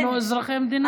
אנחנו אזרחי מדינה.